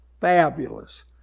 fabulous